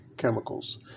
Chemicals